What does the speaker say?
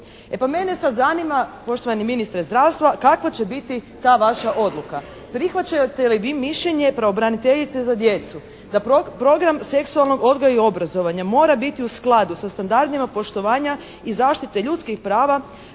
E pa mene sada zanima poštovani ministre zdravstva, kakva će biti ta vaša odluka. Prihvaćate li vi mišljenje pravobraniteljice za djecu da program seksualnog odgoja i obrazovanja mora biti u skladu sa standardima poštovanja i zaštite ljudskih prava